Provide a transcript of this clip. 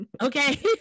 okay